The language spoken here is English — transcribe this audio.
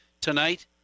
tonight